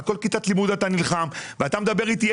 על כל כיתת לימוד אתה נלחם ואתה מדבר עלי על כך